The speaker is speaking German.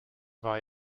war